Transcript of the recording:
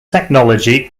technology